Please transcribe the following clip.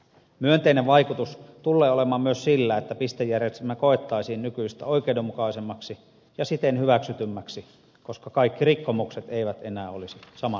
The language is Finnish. myönteinen vaikutus tullee olemaan myös sillä että pistejärjestelmä koettaisiin nykyistä oikeudenmukaisemmaksi ja siten hyväksytymmäksi koska kaikki rikkomukset eivät enää olisi samanarvoisia